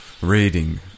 raiding